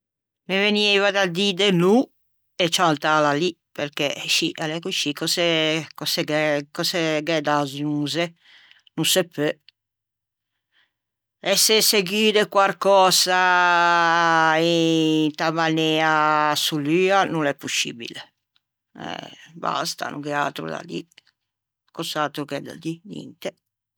me vegneiva de dî de no e ciantâla lì perché scì a l'é coscì cöse cöse gh'é cöse gh'é da azzonze? No se peu ëse segui de quarcösa inta mainea assolua no l'é poscibile e basta no gh'é atro da dî cös'atro gh'é da dî? Ninte.